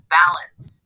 balance